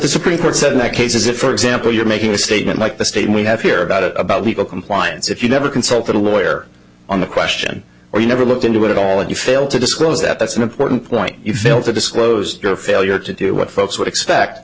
the supreme court said in that case is that for example you're making a statement like the state we have here about it about legal compliance if you never consulted a lawyer on the question or you never looked into it at all and you failed to disclose that that's an important point you fail to disclose your failure to do what folks would expect